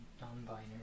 non-binary